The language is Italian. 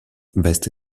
veste